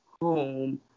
home